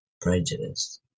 prejudice